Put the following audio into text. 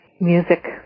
music